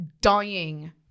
dying